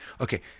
okay